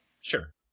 sure